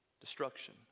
Destruction